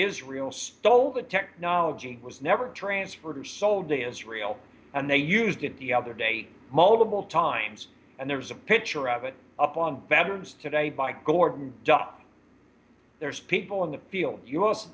israel stole that technology was never transferred or sold to israel and they used it the other day multiple times and there's a picture of it up on veterans today by gordon there's people in the field